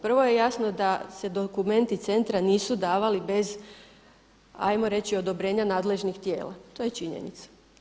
Prvo je jasno da se dokumenti centra nisu davali bez hajmo reći odobrenja nadležnih tijela, to je činjenica.